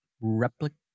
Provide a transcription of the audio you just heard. replicate